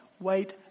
wait